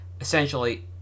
essentially